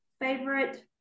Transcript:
favorite